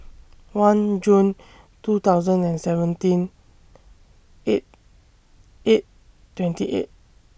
one June two thousand and seventeen eight eight twenty eight